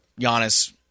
Giannis